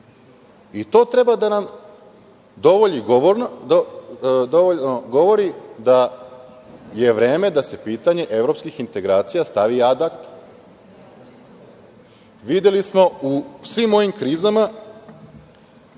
i to treba da nam dovoljno govori da je vreme da se pitanje evropskih integracija stavi ad akta. Videli smo u svim ovim krizama